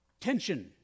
tension